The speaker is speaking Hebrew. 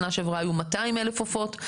שנה שעברה היו 200,000 עופות,